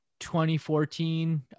2014